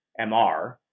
MR